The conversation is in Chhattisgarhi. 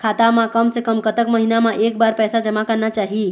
खाता मा कम से कम कतक महीना मा एक बार पैसा जमा करना चाही?